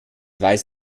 weiß